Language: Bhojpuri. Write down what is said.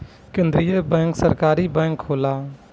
केंद्रीय बैंक सरकारी बैंक होला